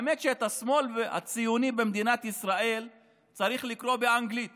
האמת שאת השמאל הציוני במדינת ישראל צריך לקרוא באנגלית